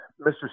Mr